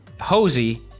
hosey